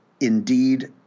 indeed